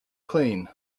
clean